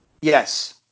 Yes